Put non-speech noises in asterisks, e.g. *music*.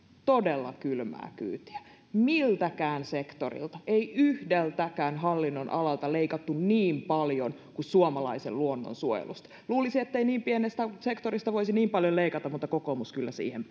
todella kylmää kyytiä miltään sektorilta ei yhdeltäkään hallinnonalalta leikattu niin paljon kuin suomalaisen luonnon suojelusta luulisi ettei niin pienestä sektorista voisi niin paljon leikata mutta kokoomus kyllä siihen *unintelligible*